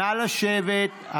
נא לשבת.